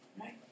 Right